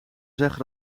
zeggen